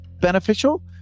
beneficial